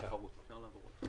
בתחרות.